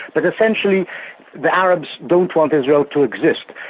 but essentially the arabs don't want israel to exist,